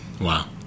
Wow